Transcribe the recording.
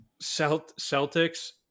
Celtics